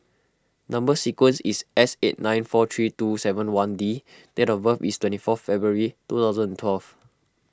Number Sequence is S eight nine four three two seven one D and date of birth is twenty fourth February two thousand and twelve